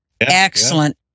Excellent